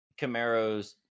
camaro's